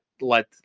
let